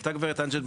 העלתה גברת אנג'ל,